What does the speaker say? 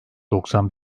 doksan